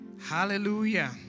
Hallelujah